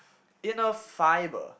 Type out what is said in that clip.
inner fiber